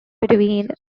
between